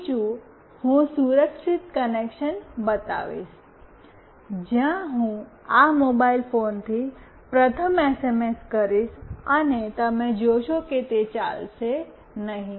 બીજું હું સુરક્ષિત કનેક્શન બતાવીશ જ્યાં હું આ મોબાઇલ ફોનથી પ્રથમ એસએમએસ કરીશ અને તમે જોશો કે તે ચાલશે નહીં